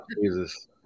Jesus